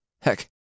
Heck